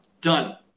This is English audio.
Done